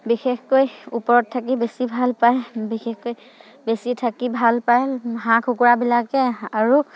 বিশেষকৈ ওপৰত থাকি বেছি ভালপায় বিশেষকৈ বেছি থাকি ভালপায় হাঁহ কুকুৰাবিলাকে আৰু